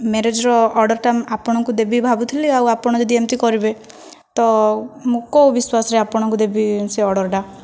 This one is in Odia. ମ୍ୟାରେଜର ଅର୍ଡ଼ରଟା ଆପଣଙ୍କୁ ଦେବି ଭାବୁଥିଲି ଆଉ ଆପଣ ଯଦି ଏମିତି କରିବେ ତ ମୁଁ କୋଉ ବିଶ୍ଵାସରେ ଆପଣଙ୍କୁ ଦେବି ସେ ଅର୍ଡ଼ରଟା